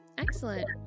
excellent